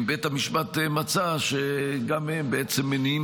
אם בית המשפט מצא שגם הם בעצם מניעים